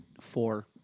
four